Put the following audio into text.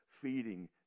feeding